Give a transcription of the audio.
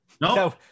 No